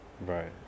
Right